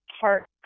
park